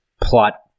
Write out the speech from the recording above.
plot